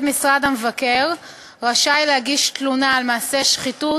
משרד המבקר רשאי להגיש תלונה על מעשי שחיתות,